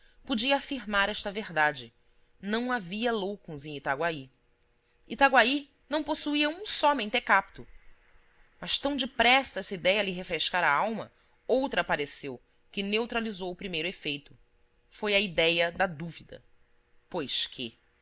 podia afirmar esta verdade não havia loucos em itaguaí itaguaí não possuía um só mentecapto mas tão depressa esta idéia lhe refrescara a alma outra apareceu que neutralizou o primeiro efeito foi a idéia da dúvida pois quê